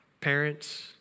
Parents